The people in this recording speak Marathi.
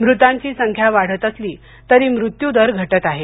मृतांची संख्या वाढती असली तरी मृत्यू दर घटतो आहे